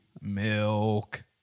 Milk